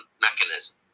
mechanism